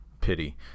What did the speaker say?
pity